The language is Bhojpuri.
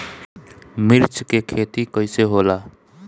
मिर्च के खेती कईसे होला?